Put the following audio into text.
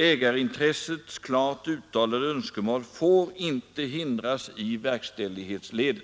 Ägarintressets klart uttalade önskemål får inte hindras i verkställighetsledet.”